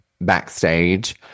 backstage